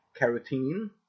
carotene